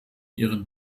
ihren